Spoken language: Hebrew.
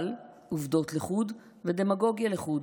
אבל עובדות לחוד ודמגוגיה לחוד.